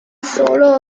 solo